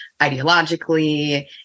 ideologically